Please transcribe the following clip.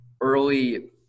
early